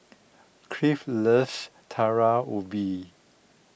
Cliff loves Talam Ubi